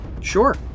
Sure